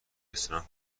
رستوران